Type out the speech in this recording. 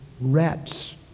rats